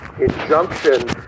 injunction